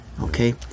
okay